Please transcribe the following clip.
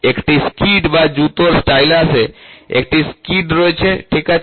একটি স্কিড বা জুতার স্টাইলাসে একটি স্কিড রয়েছে ঠিক আছে